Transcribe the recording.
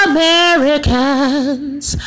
Americans